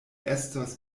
estos